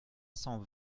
cent